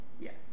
yes